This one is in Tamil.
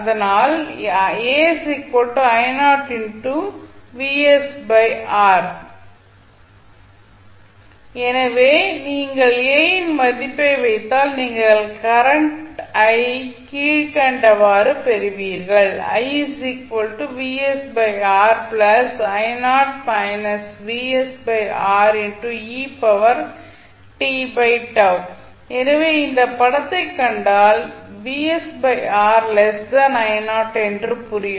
அதனால் எனவே நீங்கள் A இன் மதிப்பை வைத்தால் நீங்கள் கரண்ட் ஐ கீழ் கண்டவாறு பெறுவீர்கள் எனவே இந்த படத்தை கண்டால் என்று தெரியும்